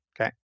Okay